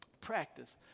Practice